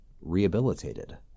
rehabilitated